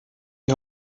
die